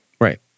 Right